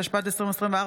התשפ"ד 2024,